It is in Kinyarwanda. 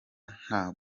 nta